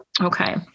Okay